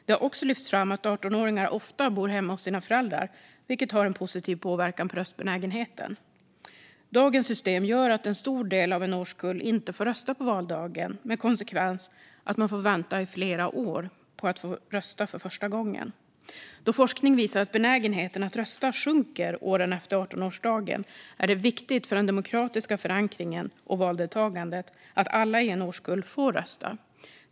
Det har också lyfts fram att 18-åringar ofta bor hemma hos sina föräldrar, vilket har en positiv påverkan på röstbenägenheten. Dagens system gör att en stor del av en årskull inte får rösta på valdagen, med konsekvens att man får vänta i flera år på att få rösta för första gången. Då forskning visar att benägenheten att rösta sjunker åren efter 18-årsdagen är det viktigt för den demokratiska förankringen och valdeltagandet att alla i en årskull får rösta.